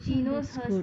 oh that's good